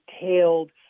detailed